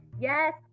Yes